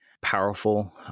powerful